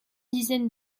dizaine